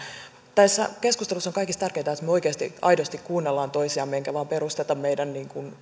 tässä keskustelussa on kaikista tärkeintä että me oikeasti aidosti kuuntelemme toisiamme emmekä vain perusta meidän